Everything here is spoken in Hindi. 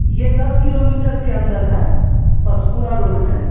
यह दस किलोमीटर के अंदर है पशपूरा रोड में